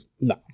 No